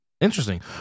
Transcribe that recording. interesting